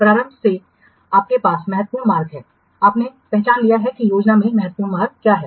प्रारंभ में आपके पास महत्वपूर्ण मार्ग है आपने पहचान लिया है कि योजना में महत्वपूर्ण मार्ग क्या है